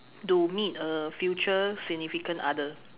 to meet a future significant other